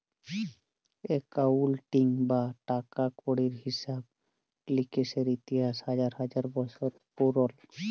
accounting বা টাকা কড়ির হিসেব লিকেসের ইতিহাস হাজার হাজার বসর পুরল